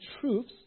truths